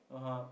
(uh huh)